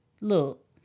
Look